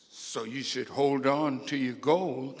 so you should hold on to your go